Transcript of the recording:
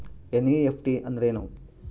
NEFT ಅಂದ್ರೆನು?